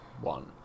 one